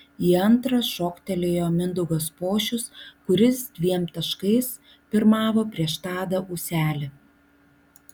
į antrą šoktelėjo mindaugas pošius kuris dviem taškais pirmavo prieš tadą ūselį